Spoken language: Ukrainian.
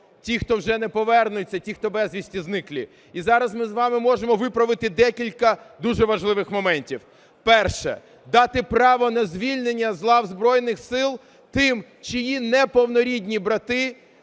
ті, хто вже не повернуться, ті, хто безвісти зниклі. І зараз ми з вами можемо виправити декілька дуже важливих моментів. Перше. Дати право на звільнення з лав Збройних Сил тим, чиї неповнорідні брати